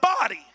body